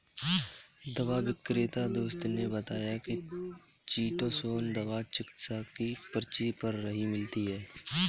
दवा विक्रेता दोस्त ने बताया की चीटोसोंन दवा चिकित्सक की पर्ची पर ही मिलती है